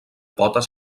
potes